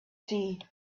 tea